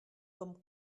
comme